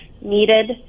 needed